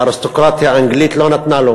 האריסטוקרטיה האנגלית לא נתנה לו.